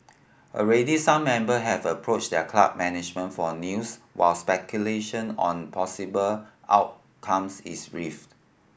already some member have approached their club management for news while speculation on possible outcomes is rife